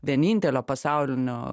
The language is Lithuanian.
vienintelio pasaulinio